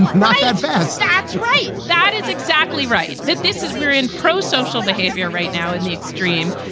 not that fast that's right. that is exactly right. that this is we're in pro-social behavior right now in the extreme.